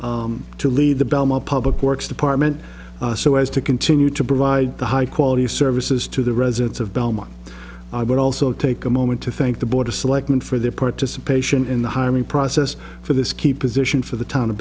individual to lead the belmont public works department so as to continue to provide the high quality services to the residents of belmont i would also take a moment to thank the board of selectmen for their participation in the hiring process for this key position for the town of